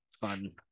fun